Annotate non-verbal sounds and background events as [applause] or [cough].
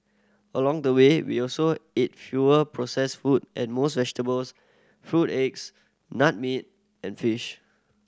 along the way we also ate fewer processed food and [unintelligible] vegetables fruit eggs nut meat and fish